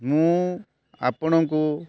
ମୁଁ ଆପଣଙ୍କୁ